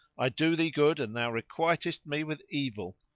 i do thee good and thou requitest me with evil!